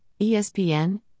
ESPN